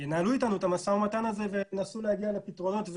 ינהלו איתנו את המשא ומתן הזה וינסו להגיע לפתרונות,